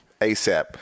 ASAP